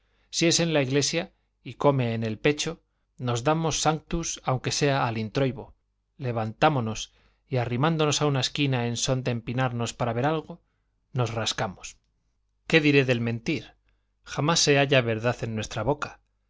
si es en la iglesia y come en el pecho nos damos sanctus aunque sea al introibo levantámonos y arrimándonos a una esquina en son de empinarnos para ver algo nos rascamos qué diré del mentir jamás se halla verdad en nuestra boca